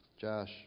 Josh